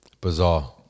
Bizarre